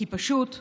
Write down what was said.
כי פשוט די.